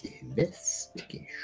Investigation